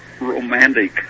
romantic